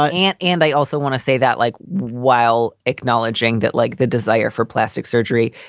ah and and they also want to say that like while acknowledging that like the desire for plastic surgery,